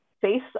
face